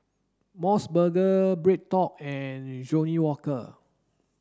MOS burger BreadTalk and Johnnie Walker